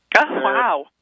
Wow